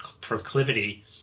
proclivity